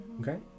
Okay